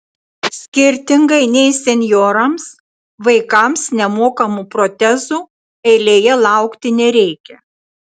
skirtingai nei senjorams vaikams nemokamų protezų eilėje laukti nereikia